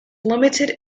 limited